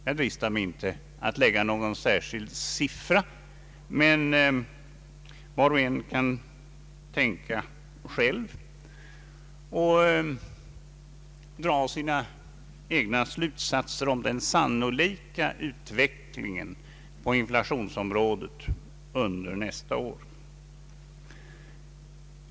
Jag dristar mig inte att nämna någon särskild siffra, men var och en kan tänka själv och dra sina egna slutsatser om den sannolika utvecklingen på inflationsområdet under nästa år.